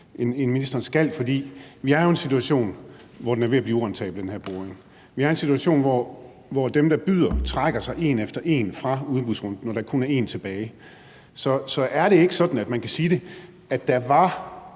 end ministeren skal. For vi er jo i en situation, hvor den her boring er ved at blive urentabel. Vi er i en situation, hvor de, der byder, trækker sig en efter en fra udbudsrunden og der kun er én tilbage. Så er det ikke sådan, at man kan sige, at